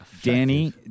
Danny